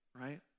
right